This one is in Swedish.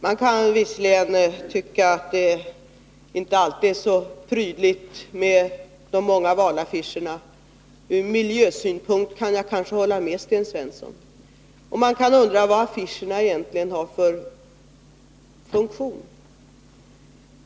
Man kan visserligen tycka att det inte alltid är så prydligt med de många valaffischerna — ur miljösynpunkt kan jag kanske hålla med Sten Svensson — och man kan undra vad affischeringen egentligen har för funktion.